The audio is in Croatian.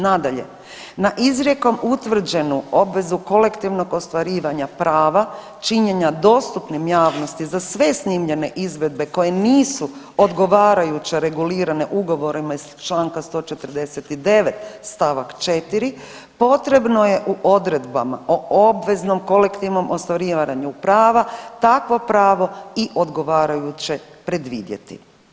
Nadalje, na izrijekom utvrđenu obvezu kolektivnog ostvarivanja prava činjenja dostupnim javnosti za sve snimljene izvedbe koje nisu odgovarajuće regulirane ugovorima iz čl. 149. st. 4. potrebno je u odredbama o obveznom kolektivnom ostvarivanju prava takvo pravo i odgovarajuće predvidjeti.